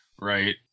right